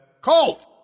Colt